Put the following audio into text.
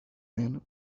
men